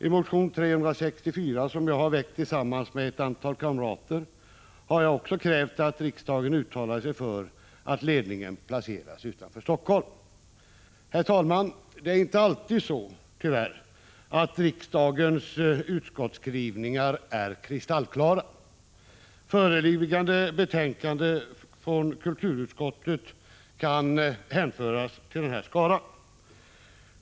I motion 364, som jag har väckt tillsammans med ett antal kamrater, har jag också krävt att riksdagen uttalar sig för att ledningen för denna kanal placeras utanför Helsingfors. Herr talman! Det är tyvärr inte alltid så att riksdagens utskottsskrivningar är kristallklara. Föreliggande betänkande från kulturutskottet kan hänföras till den skaran.